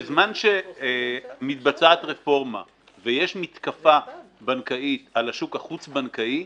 בזמן שמתבצעת רפורמה ויש מתקפה בנקאית על השוק החוץ בנקאי,